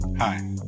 Hi